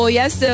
yes